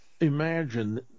imagine